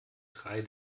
drei